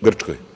Grčkoj?